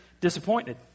disappointed